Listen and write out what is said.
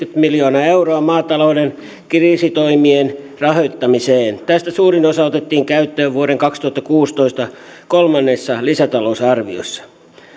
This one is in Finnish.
miljoonaa euroa maatalouden kriisitoimien rahoittamiseen tästä suurin osa otettiin käyttöön vuoden kaksituhattakuusitoista kolmannessa lisätalousarviossa